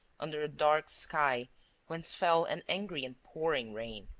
under a dark sky whence fell an angry and pouring rain.